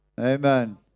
Amen